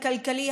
הכלכלי,